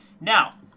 Now